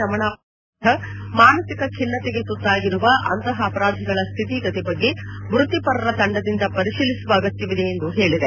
ರಮಣ ಅವರಿದ್ದ ತ್ರಿಸದಸ್ಯ ಪೀಠ ಮಾನಸಿಕ ಖಿನ್ನತೆಗೆ ತುತ್ತಾಗಿರುವ ಅಂತಹ ಅಪರಾಧಿಗಳ ಸ್ಥಿತಿಗತಿ ಬಗ್ಗೆ ವೃತ್ತಿಪರರ ತಂಡದಿಂದ ಪರಿಶೀಲಿಸುವ ಅಗತ್ಯವಿದೆ ಎಂದು ಹೇಳಿದೆ